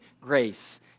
grace